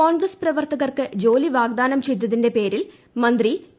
കോൺഗ്രസ് പ്രവർത്തകർക്കു ജോലി വാഗ്ദാനം ചെയ്തതിന്റെ പേരിൽ മന്ത്രി പി